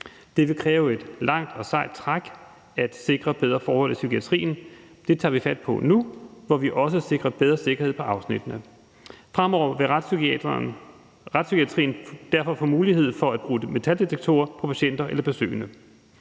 Det vil kræve et langt og sejt træk at sikre bedre forhold i psykiatrien. Det tager vi fat på nu, hvor vi også sikrer bedre sikkerhed på afsnittene. Fremover vil retspsykiatrien derfor få mulighed for at bruge metaldetektorer på patienter eller besøgende.